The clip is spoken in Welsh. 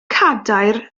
cadair